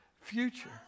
future